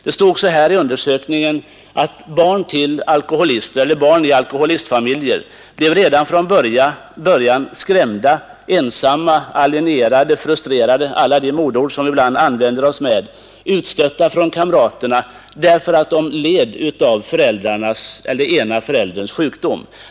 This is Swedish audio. Det sades i den här undersökningen att barn i alkoholistfamiljer redan från början blev skrämda, ensamma, alienerade, frustrerade — alla de modeord som vi ibland använder — utstötta av kamraterna därför att de led av föräldrarnas eller den ena förälderns alkoholistsjukdom.